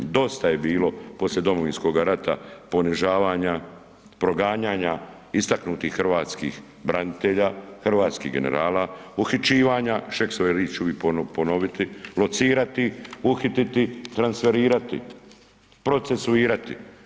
Dosta je bilo poslije Domovinskog rata ponižavanja, proganjanja istaknutih hrvatskih branitelja, hrvatskih generala, uhićivanja Šeksove, uvijek ću ponoviti, locirati, uhititi, transferirati, procesuirati.